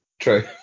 true